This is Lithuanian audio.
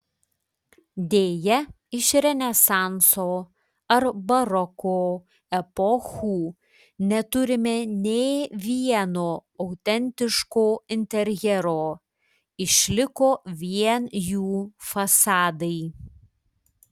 deja iš renesanso ar baroko epochų neturime nė vieno autentiško interjero išliko vien jų fasadai